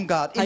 God